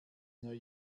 neue